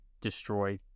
destroy